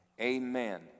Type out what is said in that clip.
amen